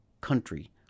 country